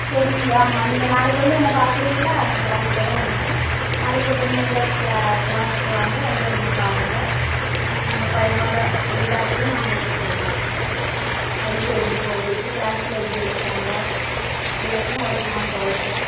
சரி நீங்கள் ஆமாம் நீங்கள் நாளைக்கு வந்து என்ன பார்க்குறீங்களா நான் கிளாஸில் தான் இருப்பேன் நாளைக்கு ஒரு டென் ஓ கிளாக் கிளாஸுக்கு வாங்க வந்து என்னையை பாருங்கள் ம் உங்கள் பையனோட எல்லாத்தையும் நான் உங்களுக்கு சொல்லுறேன் படிப்பு எப்படி போகுது கிளாஸில் எப்படி இருக்கிறாங்க எல்லாமே உங்களுக்கு நான் சொல்லுறேன்